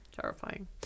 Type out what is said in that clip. Terrifying